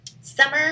Summer